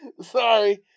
Sorry